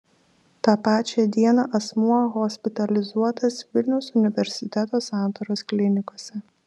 tą pačią dieną asmuo hospitalizuotas vilniaus universiteto santaros klinikose